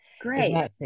great